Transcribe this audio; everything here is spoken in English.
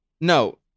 no